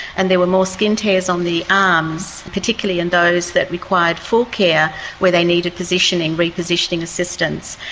and there were more skin tears on the arms, particularly in those that required full care where they needed positioning, repositioning assistance,